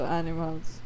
animals